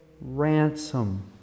ransom